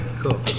Cool